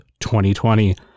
2020